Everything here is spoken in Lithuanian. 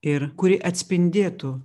ir kuri atspindėtų